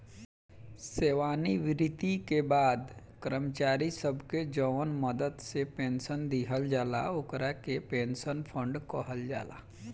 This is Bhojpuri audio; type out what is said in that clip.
सेवानिवृत्ति के बाद कर्मचारी सब के जवन मदद से पेंशन दिहल जाला ओकरा के पेंशन फंड कहल जाला